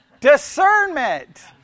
Discernment